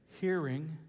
hearing